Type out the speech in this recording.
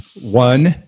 One